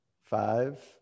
five